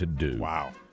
Wow